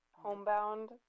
homebound